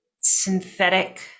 synthetic